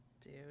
dude